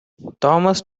thomas